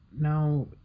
Now